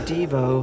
Devo